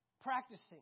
practicing